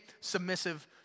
submissive